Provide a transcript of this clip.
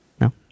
No